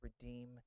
redeem